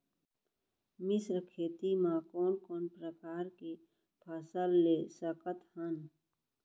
मिश्र खेती मा कोन कोन प्रकार के फसल ले सकत हन?